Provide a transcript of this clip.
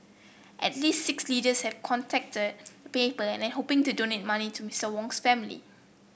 at least six leaders have contacted the paper and hoping to donate money to Mister Wang's family